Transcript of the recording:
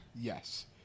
Yes